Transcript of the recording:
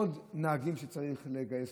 עוד נהגים שצריך לגייס